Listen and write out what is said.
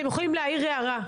אתם יכולים להעיר הערה,